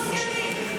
הילדים המסכנים?